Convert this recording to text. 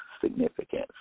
significance